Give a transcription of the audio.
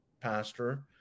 pastor